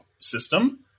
system